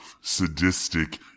sadistic